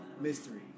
mystery